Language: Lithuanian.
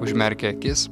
užmerkę akis